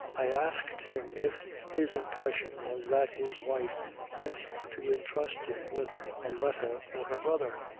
i asked him if his impression was that his wife meant to entrust him with a letter for her brother?